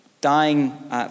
dying